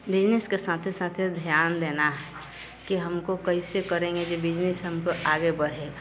business के साथ साथ ध्यान देना है कि हमको कैसे करेंगे कि बिजनिस आगे बढ़ेगा